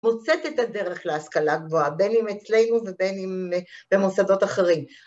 מוצאת את הדרך להשכלה גבוהה בין אם אצלנו ובין אם במוסדות אחרים.